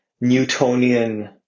Newtonian